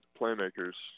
playmakers –